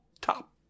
top